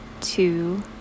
two